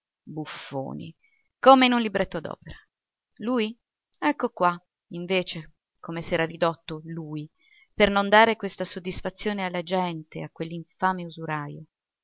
buffoni come in un libretto d'opera lui ecco qua invece come s'era ridotto lui per non dare questa soddisfazione alla gente e a